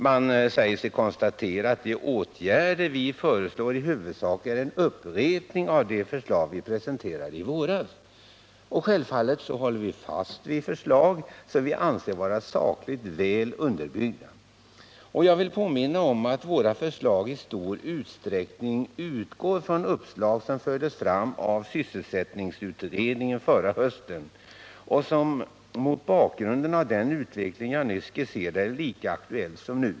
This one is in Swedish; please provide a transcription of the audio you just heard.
Man säger sig konstatera att de åtgärder vi föreslår i huvudsak är en upprepning av de förslag vi presenterade i våras. Men självfallet håller vi fast vid förslag som vi anser vara sakligt väl underbyggda. Jag vill påminna om att våra förslag i stor utsträckning utgår från uppslag som fördes fram förra hösten av sysselsättningsutredningen och som mot bakgrunden av den utveckling jag nyss skisserade är lika aktuella nu.